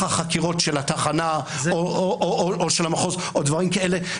החקירות של התחנה או של המחוז או דברים כאלה.